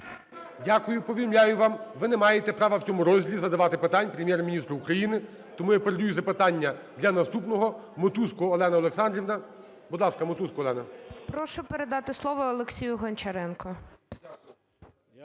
Дякую. Повідомляю вам, ви не маєте права в цьому розділі задавати питань Прем’єр-міністру України. Тому я передаю запитання для наступного. Матузко Олена Олександрівна. Будь ласка, Матузко Олена. 20:24:09 МАТУЗКО О.О. Прошу передати слово Олексію Гончаренку.